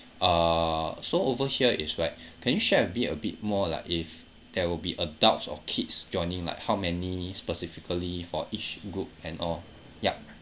uh so over here is right can you share a bit a bit more like if there will be adults or kids joining like how many specifically for each group and all ya